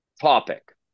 topic